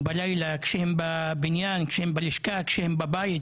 ולכן מגיע להם, וצריך גם לעשות כל מאמץ